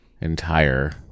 entire